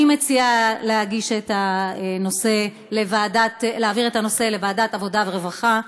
אני מציעה להעביר את הנושא לוועדת העבודה והרווחה.